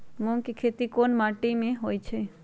मूँग के खेती कौन मीटी मे होईछ?